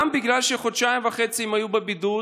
גם בגלל שחודשיים וחצי הם היו בבידוד,